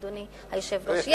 אדוני היושב-ראש.